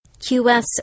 QS